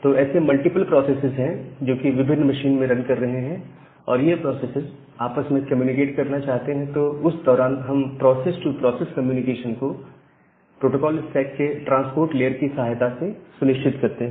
तो ऐसे multiple processes हैं जो कि विभिन्न मशीन में रन कर रहे हैं और ये प्रोसेसेस आपस में कम्युनिकेट करना चाहते हैं तो उस दौरान हम प्रोसेस टू प्रोसेस कम्युनिकेशन को प्रोटोकॉल स्टैक के ट्रांसपोर्ट लेयर की सहायता से सुनिश्चित करते हैं